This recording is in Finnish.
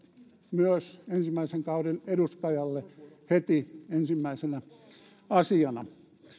myös ensimmäisen kauden edustajalle heti ensimmäisenä asiana